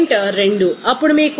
2 అప్పుడు మీకు 7